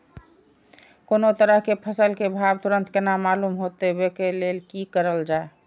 कोनो तरह के फसल के भाव तुरंत केना मालूम होते, वे के लेल की करल जाय?